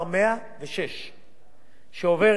שעוברת בקריאה השנייה